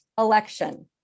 Election